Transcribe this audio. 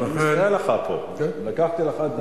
ואני מפריע לך פה, לקחתי לך את הזמן.